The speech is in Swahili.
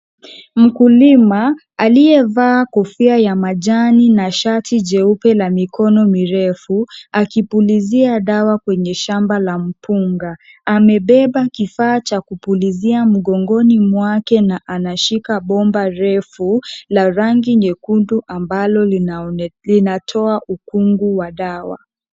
Mkulima aliyevaa kofia ya majani na shati jeupe la mikono mirefu, akipulizia dawa kwenye shamba la mipunga. Amebeba kifaa cha kupulizia mgongoni mwake na anashika bomba refu la rangi nyekundu ambalo linatoa ukungu wa dawa.